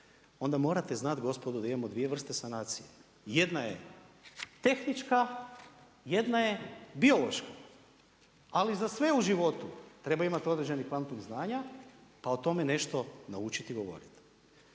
onda morate znati gospodo da imamo dvije vrste sanacije. Jedna je tehnička, jedna je biološka. Ali za sve u životu treba imati određeni kvantum znanja, pa o tome nešto naučiti i govoriti.